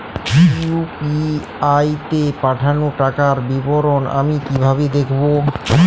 UPI তে পাঠানো টাকার বিবরণ আমি কিভাবে দেখবো?